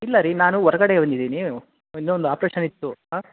ಇಲ್ಲ ರೀ ನಾನು ಹೊರ್ಗಡೆ ಬಂದಿದ್ದೀನಿ ಇನ್ನೊಂದು ಆಪ್ರೇಷನ್ ಇತ್ತು ಹಾಂ